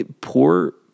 poor